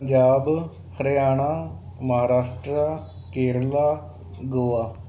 Punjab Haryana Maharashtra Kerala Goa